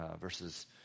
verses